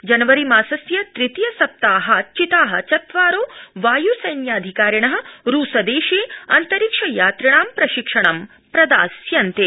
जनवरीमासस्य तृतीय सप्ताहात् चिता चत्वारो वाय्सस्याधिकारिण रूसदेशो अन्तरिक्ष यात्रिणां प्रशिक्षणम् प्रदास्यन्ते